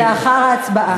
לאחר ההצבעה.